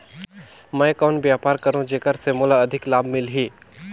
मैं कौन व्यापार करो जेकर से मोला अधिक लाभ मिलही?